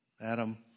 Adam